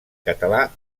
català